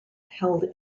held